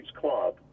club